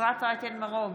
אפרת רייטן מרום,